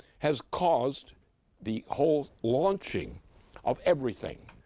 has caused the whole launching of everything.